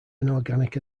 inorganic